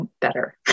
better